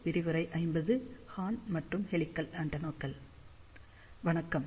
வணக்கம்